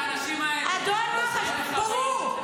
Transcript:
אדון מח"ש --- אני מכיר את האנשים האלה --- ברור.